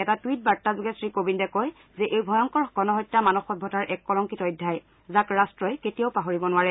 এটা টুইট বাৰ্তাযোগে শ্ৰীকোবিন্দে কয় যে এই ভয়ংকৰ গণহত্যা মানৱ সভ্যতাৰ এক কলংকিত অধ্যায় যাক ৰট্টই কেতিয়াও পাহৰিব নোৱাৰে